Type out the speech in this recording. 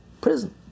prison